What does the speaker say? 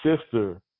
sister